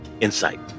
insight